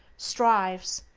strives,